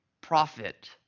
Profit